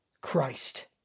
Christ